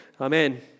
Amen